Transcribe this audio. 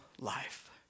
life